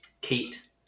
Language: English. Kate